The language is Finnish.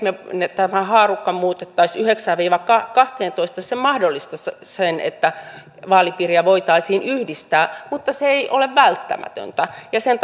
että tämä haarukka muutettaisiin yhdeksään viiva kahteentoista mahdollistaisi sen että vaalipiirejä voitaisiin yhdistää mutta se ei ole välttämätöntä ja sen